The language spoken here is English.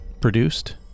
produced